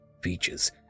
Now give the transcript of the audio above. features